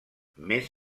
més